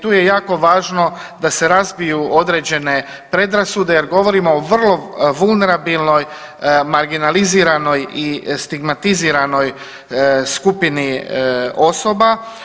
Tu je jako važno da se razbiju određene predrasude jer govorimo o vrlo vulnerabilnoj, marginaliziranoj i stigmatiziranoj skupini osoba.